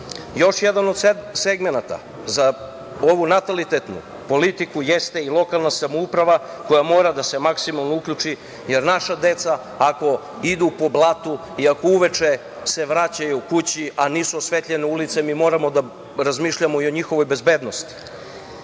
jedan od segmenata za ovu natalitetnu politiku jeste i lokalna samouprava koja mora da se maksimalno uključi, jer naša deca ako idu po blatu i ako uveče se vraćaju kući, a nisu osvetljene ulice, mi moramo da razmišljamo i njihovoj bezbednosti.